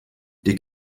die